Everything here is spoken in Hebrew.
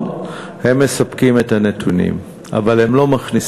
נכון, הם מספקים את הנתונים, אבל הם לא מכניסים